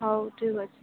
ହଉ ଠିକ୍ ଅଛି